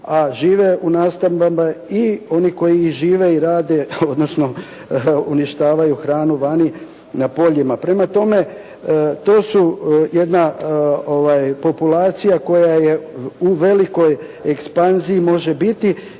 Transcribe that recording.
a žive u nastambama i oni koji i žive i rade, odnosno uništavaju hranu vani na poljima. Prema tome, to su jedna populacija koja je u velikoj ekspanziji može biti